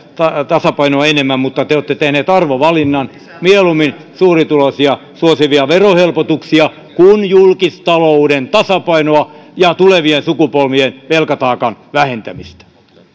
tasapainoa enemmän mutta te te olette tehneet arvovalinnan mieluummin suurituloisia suosivia verohelpotuksia kuin julkistalouden tasapainoa ja tulevien sukupolvien velkataakan vähentämistä